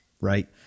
Right